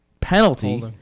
penalty